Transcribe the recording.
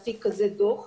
להפיק דוח כזה כל 6 ימים